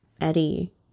Eddie